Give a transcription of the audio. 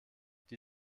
die